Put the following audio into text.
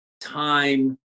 time